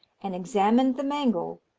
and examined the mangle,